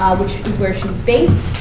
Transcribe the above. um which is where she's based.